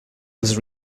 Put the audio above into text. was